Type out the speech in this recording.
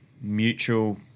mutual